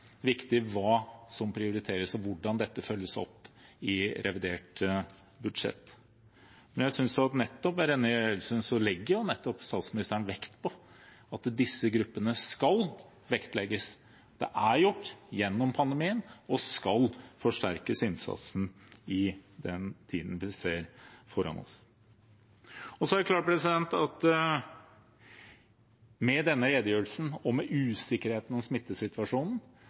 viktig hva som prioriteres, og hvordan dette følges opp i revidert budsjett. Jeg synes at nettopp ved denne redegjørelsen legger statsministeren vekt på at disse gruppene skal vektlegges. Det er gjort gjennom pandemien, og innsatsen skal forsterkes i den tiden vi ser foran oss. Det er klart at med denne redegjørelsen og med usikkerheten om smittesituasjonen